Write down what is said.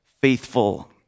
faithful